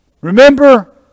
Remember